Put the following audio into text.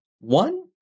One